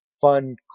fun